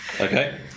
Okay